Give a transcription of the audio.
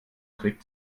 trick